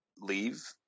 leave